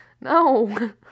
No